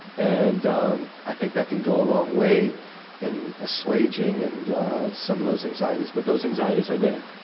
and um i think that can go a long way in assuaging and some of those anxieties. but those anxieties are there.